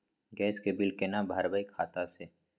Gas के bill केना भरबै खाता से?